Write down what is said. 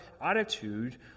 attitude